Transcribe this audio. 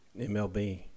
MLB